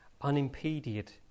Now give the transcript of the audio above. unimpeded